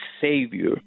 savior